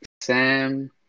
Sam